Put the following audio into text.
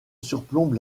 surplombe